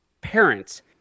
parents